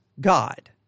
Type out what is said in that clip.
God